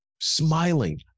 smiling